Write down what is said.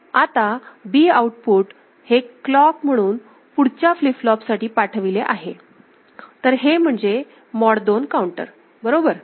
आता B output हे clock म्हणून पुढच्या फ्लिप फ्लॉप साठी पाठविले आहे तर हे म्हणजे मॉड 2 काउंटर बरोबर